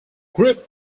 group